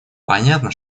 понятно